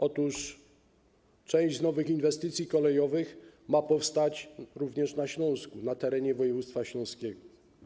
Otóż część z nowych inwestycji kolejowych ma powstać również na Śląsku, na terenie województwa śląskiego.